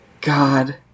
God